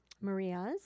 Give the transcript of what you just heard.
Maria's